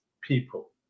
people